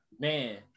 man